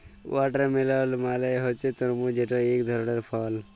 watermelon মালে হছে তরমুজ যেট ইক ধরলের ফল